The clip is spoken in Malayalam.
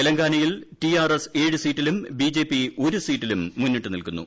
തെലങ്കാനയിൽ ടി ആർ എസ് ഏർദ് ്സീറ്റിലും ബി ജെ പി ഒരു സീറ്റിലും മുന്നിട്ട് നിൽക്കുന്നു